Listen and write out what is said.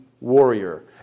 warrior